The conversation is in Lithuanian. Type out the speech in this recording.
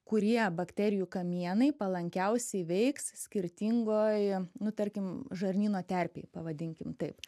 kurie bakterijų kamienai palankiausiai veiks skirtingoj nu tarkim žarnyno terpėj pavadinkim taip